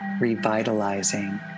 revitalizing